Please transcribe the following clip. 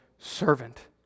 servant